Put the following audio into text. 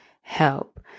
help